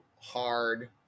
hard